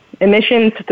emissions